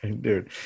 Dude